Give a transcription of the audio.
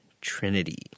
Trinity